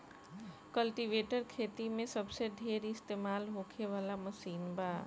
cultivator खेती मे सबसे ढेर इस्तमाल होखे वाला मशीन बा